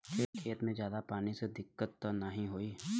खेत में ज्यादा पानी से दिक्कत त नाही होई?